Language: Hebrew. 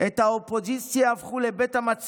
אז לאפשר לו לסיים.